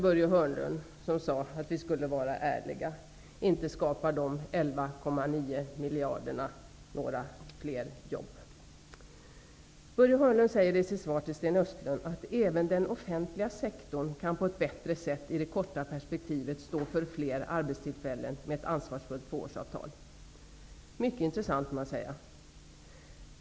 Börje Hörnlund sade att vi skulle vara ärliga, men inte skapar de 11,9 miljarderna några fler jobb. Börje Hörnlund säger i sitt svar till Sten Östlund att även den offentliga sektorn kan på ett bättre sätt i det korta perspektivet stå för fler arbetstillfällen med ett ansvarsfullt tvåårsavtal. Mycket intressant, måste man säga.